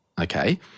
Okay